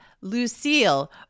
Lucille